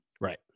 Right